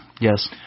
Yes